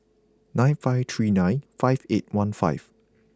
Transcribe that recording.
nine five three nine five eight one five